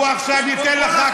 הוא עכשיו ייתן לך,